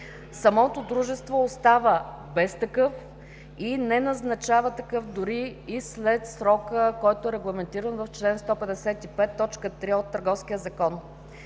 самото дружество остава без такъв и не назначава такъв дори и след срока, който е регламентиран в чл. 155, т.